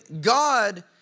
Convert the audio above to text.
God